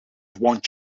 want